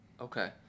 Okay